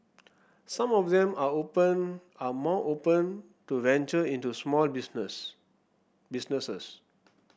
some of them are open are more open to venture into small business businesses